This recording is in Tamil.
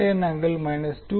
ஆகும்